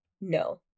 no